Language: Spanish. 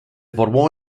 formó